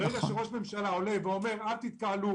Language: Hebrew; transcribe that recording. ברגע שראש ממשלה אומר: "אל תתקהלו"